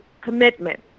commitment